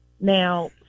Now